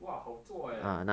!wah! 好做 leh